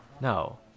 No